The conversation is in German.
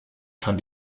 kann